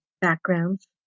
backgrounds